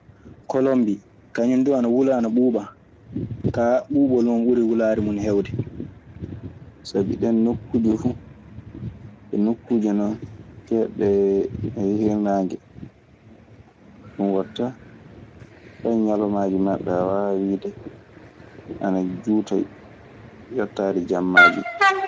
Kolonbi kaŋum dun ana wula ana ɓuuba, ka ɓubol mun ɓuri wulare mun hewde. Sabi nokkuuje duu, ɗun nokkuuje keeɗɗe hirnaange. Ɗun waɗta fay ñalawmaaji maɓɓe, a waawaa wiide ana juuta e yottaade jammaaji ɗii.